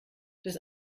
des